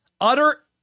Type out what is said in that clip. utter